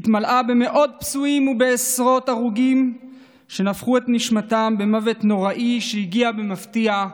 במאות פצועים ובעשרות הרוגים שנפחו את נשמתם במוות נוראי שהגיע במפתיע,